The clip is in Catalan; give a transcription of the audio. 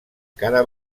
cara